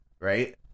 right